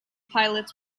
pilots